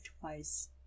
twice